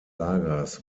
lagers